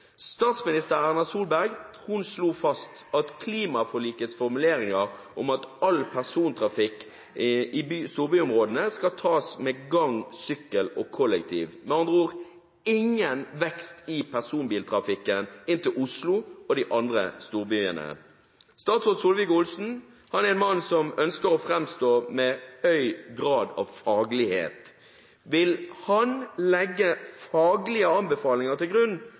Statsminister Erna Solberg slo fast klimaforlikets formuleringer om at all vekst i persontrafikk i storbyområdene skal tas med gang-, sykkel- og kollektivtransport. Med andre ord: ingen vekst i personbiltrafikken inn til Oslo og de andre storbyene. Statsråd Solvik-Olsen er en mann som ønsker å framstå med høy grad av faglighet. Vil han legge faglige anbefalinger til grunn